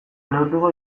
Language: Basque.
neurtuko